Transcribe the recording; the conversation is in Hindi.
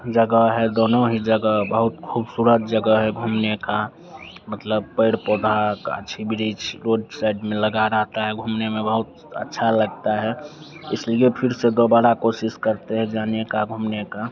जगह है दोनों ही जगह बहुत ख़ूबसूरत जगह है घूमने का मतलब पेड़ पौधा गाछी वृक्ष रोड सइड में लगे रहते हैं घूमने में बहुत अच्छा लगता है इसलिए फिर से दोबारा कोशिश करते हैं जाने का घूमने का